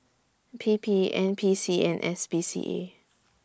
P P N P C and S P C A